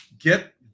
get